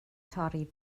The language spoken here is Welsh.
torri